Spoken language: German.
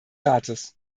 rates